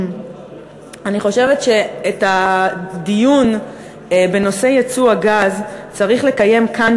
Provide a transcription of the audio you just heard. אני חושבת שאת הדיון בנושא ייצוא הגז צריך לקיים כאן,